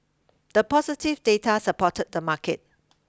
the positive data supported the market